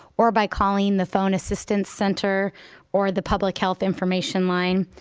or by calling the phone assistance center or the public health information line.